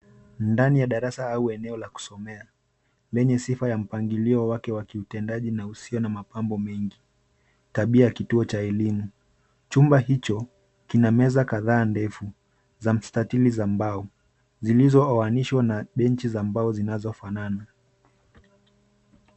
Ndani ya darasa au eneo la kusomea, lenye sifa ya mpangilio wake wa kiutendaji na usio na mapambo mengi. Tabia ya kituo cha elimu, chumba hicho, kina meza kadhaa ndefu, za mstatili za mbao, zilizooanishwa na benchi za mbao zinazofanana.